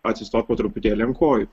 atsistot po truputėlį ant kojų